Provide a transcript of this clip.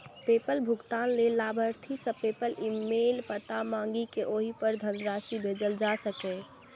PayPal भुगतान लेल लाभार्थी सं पेपल ईमेल पता मांगि कें ओहि पर धनराशि भेजल जा सकैए